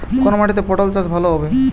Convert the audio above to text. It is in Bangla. কোন মাটিতে পটল চাষ ভালো হবে?